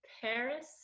Paris